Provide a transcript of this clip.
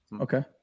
okay